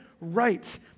right